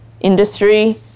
industry